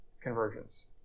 convergence